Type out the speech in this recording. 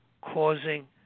causing